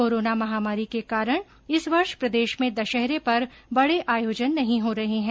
corona महामारी के कारण इस वर्ष प्रदेश में दशहरे पर बड़े आयोजन नहीं हो रहे है